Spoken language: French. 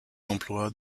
emplois